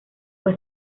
fue